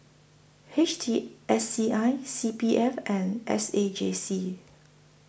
H T S C I C P F and S A J C